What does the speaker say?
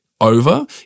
over